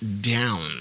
down